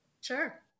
Sure